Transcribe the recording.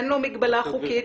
אין לו מגבלה חוקית,